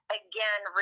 again